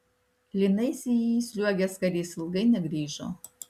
lynais į jį įsliuogęs karys ilgai negrįžo